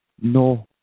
no